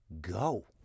go